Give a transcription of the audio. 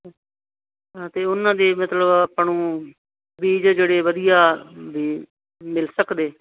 ਹਾਂ ਅਤੇ ਉਹਨਾਂ ਦੇ ਮਤਲਬ ਆਪਾਂ ਨੂੰ ਬੀਜ ਜਿਹੜੇ ਵਧੀਆ ਬੀ ਮਿਲ ਸਕਦੇ